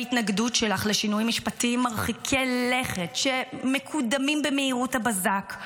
בהתנגדות שלך לשינויים משפטיים מרחיקי לכת שמקודמים במהירות הבזק,